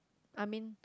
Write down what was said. I mean